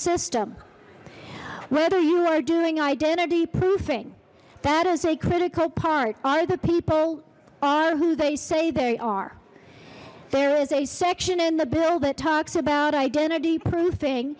system whether you are doing identity proofing that is a critical part are the people are who they say they are there is a section in the bill that talks about identity proof